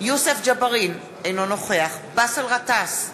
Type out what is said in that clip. יוסף ג'בארין, אינו נוכח באסל גטאס,